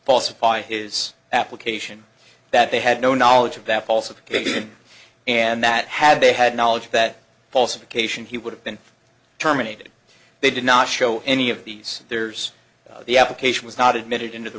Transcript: falsify his application that they had no knowledge of that also given and that had they had knowledge that falsification he would have been terminated they did not show any of these there's the application was not admitted into the